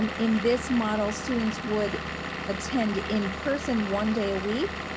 um in this model students would attend in-person one day a week.